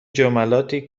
جملاتی